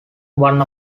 one